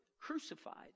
crucified